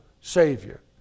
Savior